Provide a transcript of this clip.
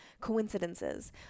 coincidences